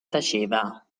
taceva